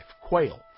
quail